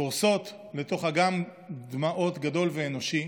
קורסות לתוך אגם דמעות גדול ואנושי,